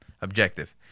Objective